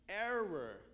error